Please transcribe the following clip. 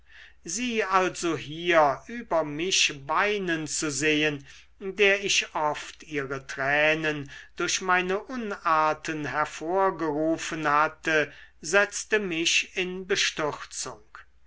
sie also hier über mich weinen zu sehen der ich oft ihre tränen durch meine unarten hervorgerufen hatte setzte mich in bestürzung